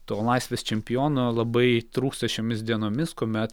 to laisvės čempiono labai trūksta šiomis dienomis kuome